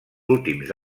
últims